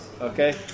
Okay